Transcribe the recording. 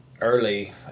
early